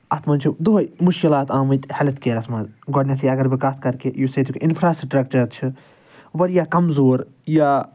اَتھ منٛز چھِ دۄہَے مُشکِلات آمٕتۍ ہٮ۪لٕتھ کیرَس مَنٛز گۄڈٕنٮ۪تھٕے اگر بہٕ کَتھ کَرٕ کہِ یُس ییٚتیُک اِنفرٛاسٕٹرَکچَر چھِ واریاہ کمزور یا